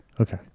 Okay